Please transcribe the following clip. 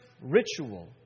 ritual